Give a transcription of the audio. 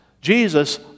Jesus